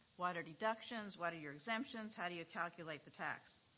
what are deductions, what are your exemptions, how do you calculate the tax.